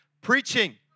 preaching